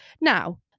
Now